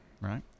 right